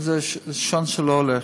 אבל זה שעון שלא הולך.